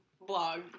blog